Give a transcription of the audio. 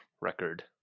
record